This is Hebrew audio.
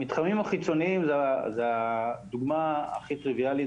המתחמים החיצוניים זה הדוגמה הכי טריוויאלית